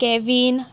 Kevin